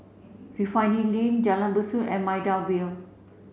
Refinery Lane Jalan Besut and Maida Vale